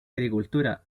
agricultura